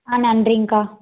ஆ நன்றிங்கக்கா